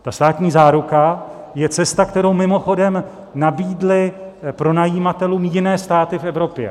Ta státní záruka je cesta, kterou mimochodem nabídly pronajímatelům jiné státy v Evropě.